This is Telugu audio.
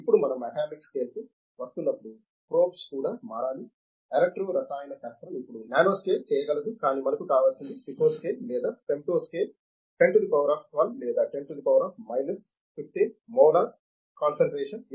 ఇప్పుడు మనం అటామిక్ స్కేల్కు వస్తున్నప్పుడు ప్రోబ్స్ కూడా మారాలి ఎలక్ట్రో రసాయన శాస్త్రం ఇప్పుడు నానో స్కిల్ చేయగలదు కానీ మనకు కావలసింది పికో స్కేల్ లేదా femto scale 10 to the power of 12 లేదా 10 to the power of minus 15 molar concentration